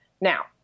Now